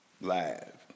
live